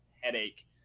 headache